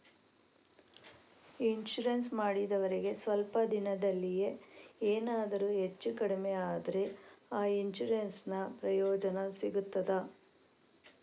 Insurance ಮಾಡಿದವರಿಗೆ ಸ್ವಲ್ಪ ದಿನದಲ್ಲಿಯೇ ಎನಾದರೂ ಹೆಚ್ಚು ಕಡಿಮೆ ಆದ್ರೆ ಆ ಇನ್ಸೂರೆನ್ಸ್ ನ ಪ್ರಯೋಜನ ಸಿಗ್ತದ?